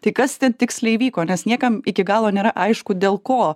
tai kas ten tiksliai įvyko nes niekam iki galo nėra aišku dėl ko